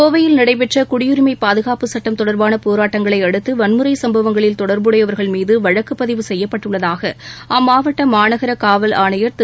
கோவையில் நடைபெற்ற குடியுரிமை பாதுகாப்பு சட்டம் தொடர்பான போராட்டங்களை அடுத்து வன்முறை சம்பவங்களில் தொடர்புடையவர்கள் மீது வழக்குப்பதிவு செய்யப்பட்டுள்ளதாக அம்மாவட்ட மாநகர காவல் ஆணையர் திரு